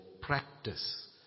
practice